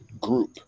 group